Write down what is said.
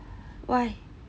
why